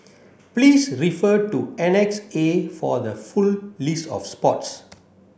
please refer to Annex A for the full list of sports